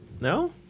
No